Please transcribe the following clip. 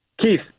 Keith